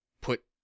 put